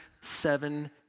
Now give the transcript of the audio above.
seven